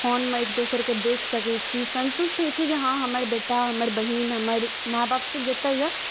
फोनमे एक दोसरके देख सकै छी संतुष्ट होइ छै जे हँ हमर बेटा हमर बहिन हमर मैआ बाप सब जतऽ यऽ